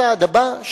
הצעד הבא,